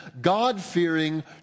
God-fearing